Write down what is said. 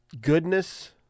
Goodness